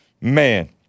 Man